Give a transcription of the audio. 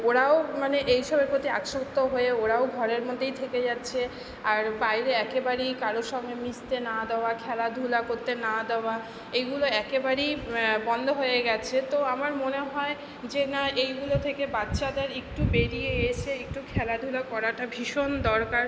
ওরাও মানে এই সবের প্রতি আসক্ত হয়ে ওরাও ঘরের মধ্যেই থেকে যাচ্ছে আর বাইরে একেবারেই কারোর সঙ্গে মিশতে না দেওয়া খেলাধুলা করতে না দেওয়া এগুলো একেবারেই বন্ধ হয়ে গেছে তো আমার মনে হয় যে না এইগুলো থেকে বাচ্চাদের একটু বেরিয়ে এসে একটু খেলাধুলা করাটা ভীষণ দরকার